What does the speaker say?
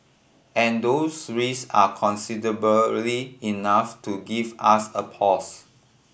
and those risk are considerably enough to give us a pause